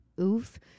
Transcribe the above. oof